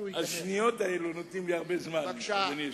השניות האלה נותנות לי הרבה זמן, אדוני היושב-ראש.